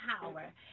power